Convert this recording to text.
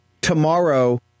tomorrow